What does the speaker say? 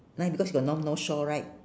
nine is because you got no north shore right